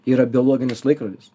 yra biologinis laikrodis